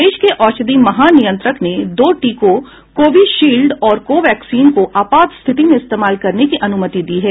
देश के औषधि महानियंत्रक ने दो टीकों कोविशील्ड और कोवैक्सीन को आपात स्थिति में इस्तेमाल करने की अनुमति दी है